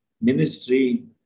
ministry